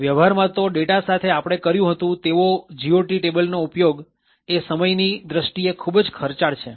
વ્યવહારમાં તો ડેટા સાથે આપણે કર્યું હતું તેવો GOT ટેબલનો ઉપયોગ સમયની દ્રષ્ટિએ ખૂબ જ ખર્ચાળ છે